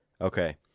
Okay